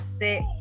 Set